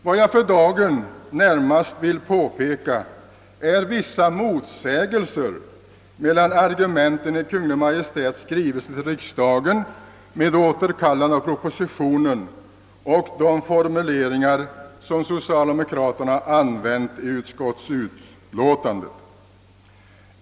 Vad jag för dagen närmast vill påpeka är vissa motsägelser mellan argumenten i Kungl. Maj:ts skrivelse till riksdagen med återkallande av propositionen och de formuleringar som socialdemokraterna använt i utskottsutlåtandet.